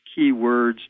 keywords